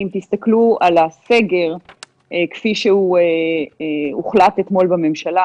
אם תסתכלו על הסגר כפי שהוא הוחלט אתמול בממשלה,